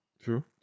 True